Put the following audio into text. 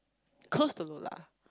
close to Lola